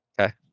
Okay